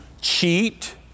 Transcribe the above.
Cheat